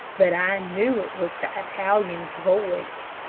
but i knew it was the italian's voice.